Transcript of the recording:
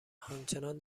همچنان